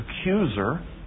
accuser